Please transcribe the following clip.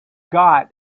got